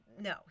no